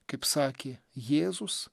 kaip sakė jėzus